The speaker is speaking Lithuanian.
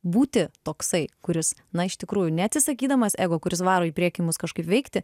būti toksai kuris na iš tikrųjų neatsisakydamas ego kuris varo į priekį mus kažkaip veikti